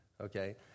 Okay